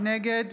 נגד